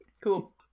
cool